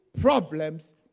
problems